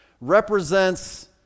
represents